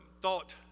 thought